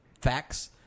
facts